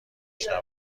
شنوم